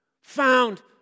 found